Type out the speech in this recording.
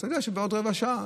אתה יודע שבעוד רבע שעה,